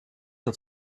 dat